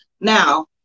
Now